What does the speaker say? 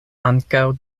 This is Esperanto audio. ankaŭ